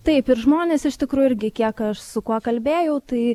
taip ir žmonės iš tikrųjų irgi kiek aš su kuo kalbėjau tai